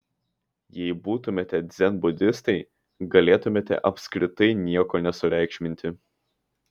jeigu būtumėme dzenbudistai galėtumėme apskritai nieko nesureikšminti